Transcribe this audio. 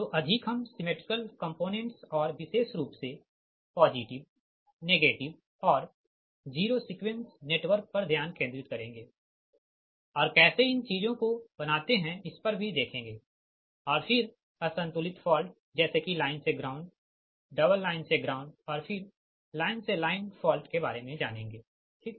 तो अधिक हम सिमेट्रिकल कम्पोनेंट्स और विशेष रूप से पॉजिटिव नेगेटिव और जीरो सीक्वेंस नेटवर्क पर ध्यान केंद्रित करेंगे ठीक और कैसे इन चीजों को बनाते है इसपर भी देखेंगे और फिर असंतुलित फॉल्ट जैसे कि लाइन से ग्राउंड डबल लाइन से ग्राउंड और फिर लाइन से लाइन फॉल्ट के बारे में जानेंगे ठीक